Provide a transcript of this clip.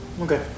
Okay